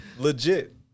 legit